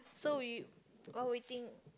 so you while waiting